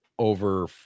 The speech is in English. over